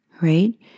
right